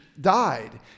died